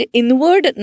inward